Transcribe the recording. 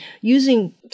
using